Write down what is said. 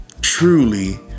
truly